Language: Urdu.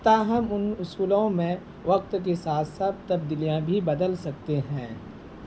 تاہم ان اصولوں میں وقت کے ساتھ ساتھ تبدیلیاں بھی بدل سکتے ہیں